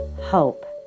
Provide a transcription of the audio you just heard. hope